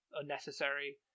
unnecessary